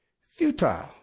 Futile